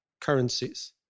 currencies